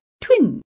twin